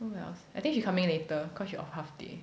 oh wells I think she coming later cause she off half day